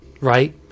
right